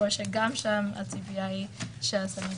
למרות שגם שם הציפייה היא שהסנגוריה